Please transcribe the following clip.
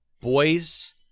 boys